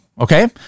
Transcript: Okay